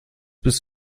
bist